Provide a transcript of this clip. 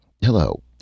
Hello